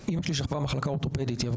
שכבה במחלקה אורתופדית במוסד מאוד מכובד במרכז